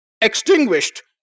extinguished